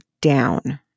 down